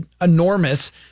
enormous